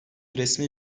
resmi